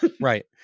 right